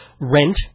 Rent